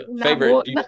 Favorite